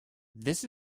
this